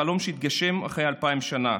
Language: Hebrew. חלום שהתגשם אחרי אלפיים שנה.